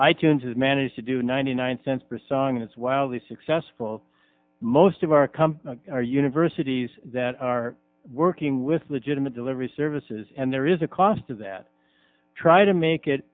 i tunes has managed to do ninety nine cents per song it's wildly successful most of our come our universities that are working with legitimate delivery services and there is a cost of that try to make it